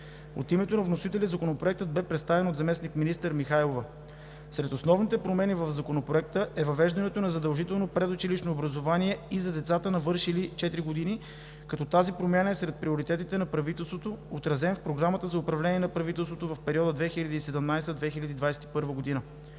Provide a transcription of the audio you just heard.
От името на вносителя Законопроектът бе представен от заместник-министър Михайлова. Сред основните промени в Законопроекта е въвеждането на задължително предучилищно образование и за децата, навършили 4 години, като тази промяна е сред приоритетите на правителството, отразен в Програмата за управление на правителството в периода 2017 – 2021 г.